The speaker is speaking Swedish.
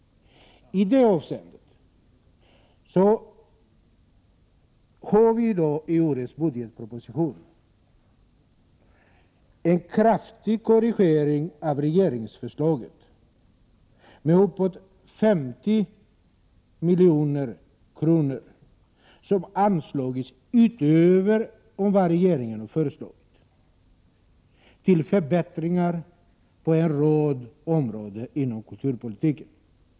Här görs i årets budgetproposition en kraftig korrigering av regeringsförslaget. Det föreslås bortåt 50 milj.kr. utöver regeringsförslaget, och det avser en rad förbättringar på en rad områden inom kulturpolitikens område.